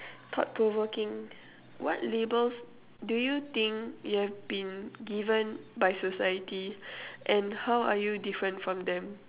thought provoking what labels do you think you have been given by society and how are you different from them